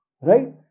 right